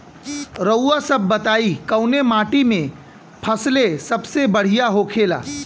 रउआ सभ बताई कवने माटी में फसले सबसे बढ़ियां होखेला?